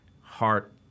heart